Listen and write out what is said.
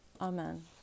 Amen